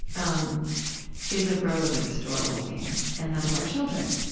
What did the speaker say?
um is of relevance to our well being and that of our children